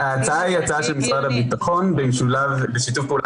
ההצעה היא הצעה של משרד הביטחון בשיתוף פעולה